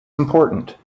important